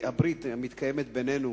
שהברית המתקיימת בינינו